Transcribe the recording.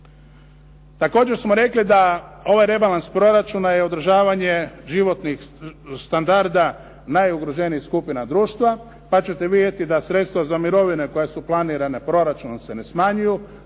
Također smo rekli da je ovaj rebalans proračuna je održavanje životnog standarda najugroženijih skupina društva, pa ćete vidjeti da sredstva za mirovine koje su planirana proračunom se ne smanjuju,